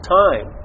time